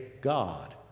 God